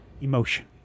emotion